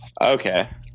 okay